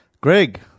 Greg